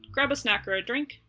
grab a snack or a drink,